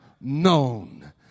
known